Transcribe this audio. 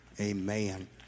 Amen